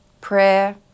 prayer